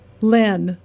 Lynn